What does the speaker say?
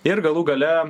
ir galų gale